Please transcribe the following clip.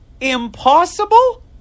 Impossible